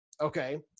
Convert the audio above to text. Okay